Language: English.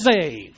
save